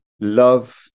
love